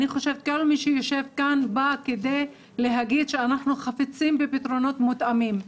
אני חושב שכל מי שיושב כאן בא להגיד שאנחנו חפצים בפתרונות מותאמים.